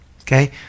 Okay